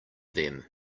them